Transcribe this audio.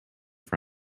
from